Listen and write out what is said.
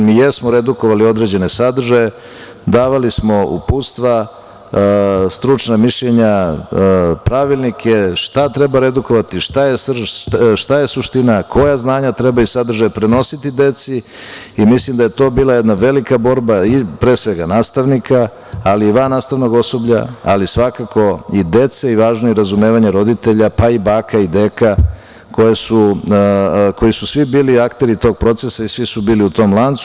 Mi jesmo redukovali određene sadržaje, davali smo uputstva, stručna mišljenja, pravilnike šta treba redukovati, šta je suština, koja znanja treba iz sadržaja prenositi deci i mislim da je to bila jedna velika borba i pre svega, nastavnika, ali i van nastavnog osoblja, ali svakako i dece i važno je razumevanje roditelja, pa i baka i deka, koji su svi bili akteri tog procesa i svi su bili u tom lancu.